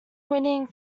winning